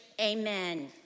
amen